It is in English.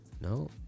No